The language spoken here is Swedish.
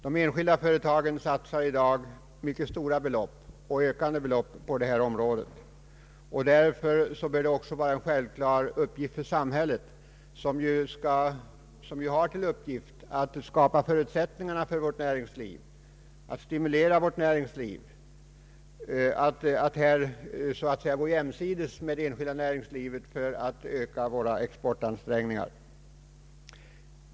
De enskilda företagen satsar i dag mycket stora och ökande belopp på detta område. Det bör därför också vara en självklar uppgift för samhället, som skall skapa förutsättningarna för vårt näringsliv, att så att säga gå jämsides med det enskilda näringslivet för att öka våra exportansträngningar.